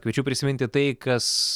kviečiu prisiminti tai kas